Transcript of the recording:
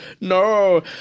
no